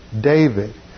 David